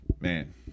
Man